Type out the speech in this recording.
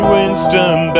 Winston